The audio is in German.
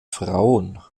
frauen